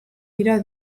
dira